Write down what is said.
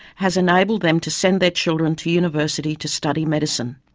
has enabled them to send their children to university to study medicine.